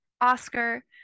Oscar